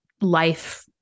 life